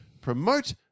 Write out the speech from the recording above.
promote